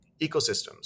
ecosystems